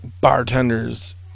bartenders